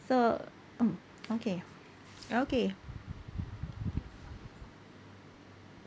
so mm okay okay